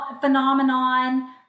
phenomenon